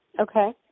Okay